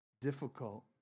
difficult